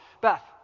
beth